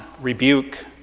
rebuke